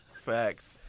facts